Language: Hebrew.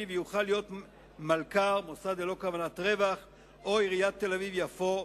ויוכל להיות מלכ"ר או עיריית תל-אביב-יפו,